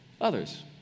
others